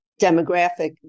demographic